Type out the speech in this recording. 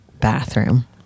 bathroom